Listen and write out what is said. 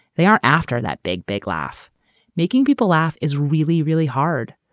they aren't after that big, big laugh making people laugh is really, really hard.